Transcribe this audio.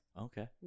Okay